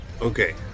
okay